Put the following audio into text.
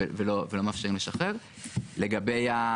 יש מודל לקול קורא, יעלו את זה להנהלת הקרן.